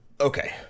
Okay